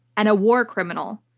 and a war criminal?